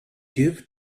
give